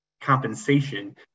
compensation